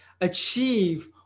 achieve